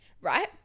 Right